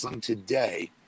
today